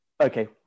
okay